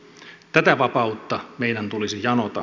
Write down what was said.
tätä vapautta meidän tulisi janota